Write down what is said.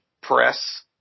press